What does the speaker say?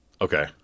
okay